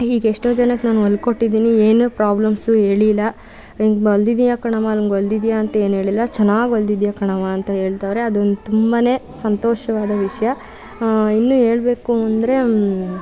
ಹೀಗೆ ಎಷ್ಟೋ ಜನಕ್ಕೆ ನಾನು ಹೊಲ್ಕೊಟ್ಟಿದ್ದೀನಿ ಏನೂ ಪ್ರಾಬ್ಲಮ್ಸು ಹೇಳಿಲ್ಲ ಹೀಗ್ ಹೊಲಿದಿದ್ದೀಯಾ ಕಣಮ್ಮಾ ಹೀಗ್ ಹೊಲಿದಿದ್ದೀಯಾ ಅಂತ ಏನೂ ಹೇಳಿಲ್ಲ ಚೆನ್ನಾಗಿ ಹೊಲ್ದಿದ್ದೀಯಾ ಕಣವ್ವಾ ಅಂತ ಹೇಳ್ತವರೆ ಅದೊಂದು ತುಂಬಾ ಸಂತೋಷವಾದ ವಿಷಯ ಇನ್ನೂ ಹೇಳ್ಬೇಕು ಅಂದರೆ